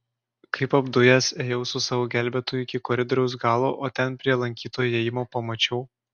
kaip apdujęs ėjau su savo gelbėtoju iki koridoriaus galo o ten prie lankytojų įėjimo pamačiau